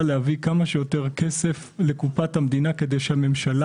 להביא כמה שיותר כסף לקופת המדינה כדי שהממשלה.